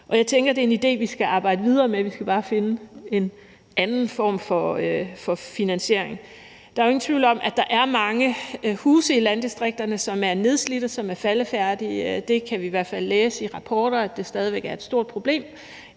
det er en idé, vi skal arbejde videre med; vi skal bare finde en anden form for finansiering. Der er jo ingen tvivl om, at der er mange huse i landdistrikterne, som er nedslidte og som er faldefærdige – det kan vi i hvert fald læse i rapporter stadig væk er et stort problem